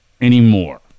anymore